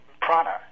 prana